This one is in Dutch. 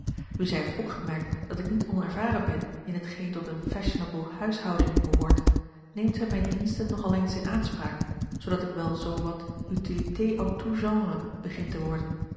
zij heeft opgemerkt dat ik niet onervaren ben in hetgeen tot eene fashionable huishouding behoort neemt zij mijne diensten nogal eens in aanspraak zoodat ik wel zoo wat utilité en tous genres begin te worden